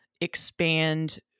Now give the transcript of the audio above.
expand